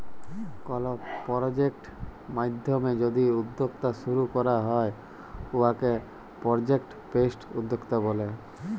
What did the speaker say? call project মাইধ্যমে যদি উদ্যক্তা শুরু ক্যরা হ্যয় উয়াকে পরজেক্ট বেসড উদ্যক্তা ব্যলে